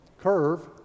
curve